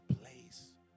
place